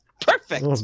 Perfect